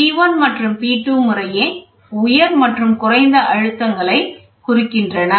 P1 மற்றும் P2 முறையே உயர் மற்றும் குறைந்த அழுத்தங்களைக் குறிக்கின்றன